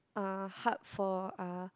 uh hard for uh